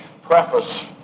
preface